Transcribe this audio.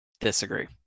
Disagree